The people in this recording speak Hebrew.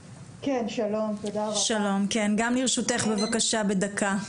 שלום, גם לרשותך בבקשה בדקה.